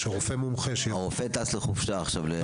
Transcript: הרופא טס לחופשה לשבועיים.